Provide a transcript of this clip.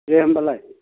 दे होनबालाय